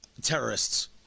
terrorists